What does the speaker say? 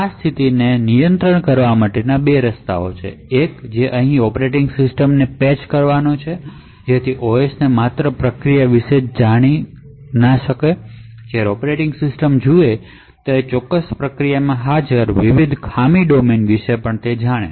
આ સ્થિતિને નિયંત્રિત કરવા માટેના બે રસ્તાઓ છે એક રીત ઑપરેટિંગ સિસ્ટમને પેચ કરવાની છે જેથી તે ઓએસ માત્ર પ્રોસેસ વિશે જ જાણે નહીં પણ જ્યારે તે ઑપરેટિંગ સિસ્ટમ પ્રોસેસને જુએ ત્યારે પ્રોસેસમાં હાજર વિવિધ ફોલ્ટ ડોમેન વિશે પણ જાણે